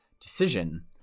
decision